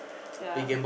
yeah